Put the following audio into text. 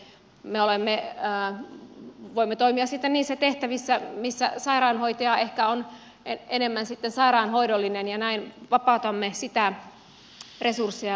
me voimme toimia sitten niissä tehtävissä missä sairaanhoitaja ehkä on enemmän sairaanhoidollinen ja näin vapautamme sitä resurssia ja vakanssia